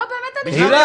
לא, לא, אי אפשר.